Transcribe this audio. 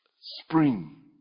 spring